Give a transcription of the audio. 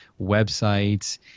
websites